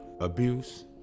Abuse